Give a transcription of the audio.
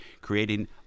creating